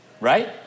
Right